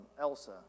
Elsa